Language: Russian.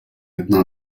одна